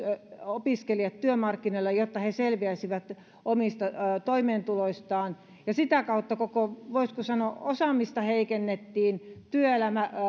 opiskelijat työmarkkinoille jotta he selviäisivät omasta toimeentulostaan sitä kautta koko voisiko sanoa osaamista heikennettiin työelämän